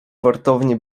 wartowni